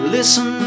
Listen